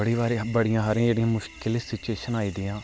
बड़े बारी बड़ियां मुशकिल सिचुएशन आई दियां